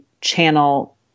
channel